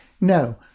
No